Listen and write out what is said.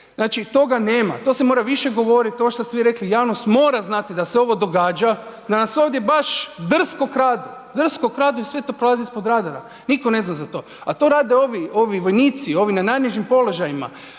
Znači to ga nema, to se mora više govoriti. Ovo što ste vi rekli, javnost mora znati da se ovo događa, da nas ovdje baš drsko kradu. Drsko kradu i sve to prolazi ispod radara, nitko ne zna za to. A to rade ovi vojnici, ovi na najnižim položajima,